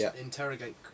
interrogate